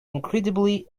incredibly